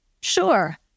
Sure